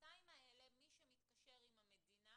בשנתיים האלה מי שמתקשר עם המדינה